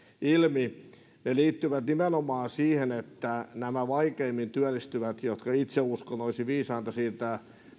ilmi ne liittyvät nimenomaan siihen kuten itse uskon että nämä vaikeimmin työllistyvät olisi viisainta siirtää